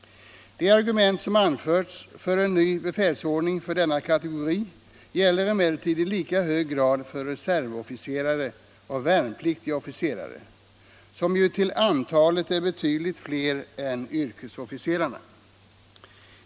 De argument som anförts för en ny befälsordning för denna kategori gäller emellertid i lika hög grad för reservofficerare och värnpliktiga officerare, som ju till antalet är betydligt fler än yrkesofficerarna.